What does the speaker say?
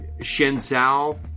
Shenzhou